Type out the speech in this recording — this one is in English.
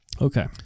Okay